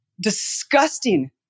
disgusting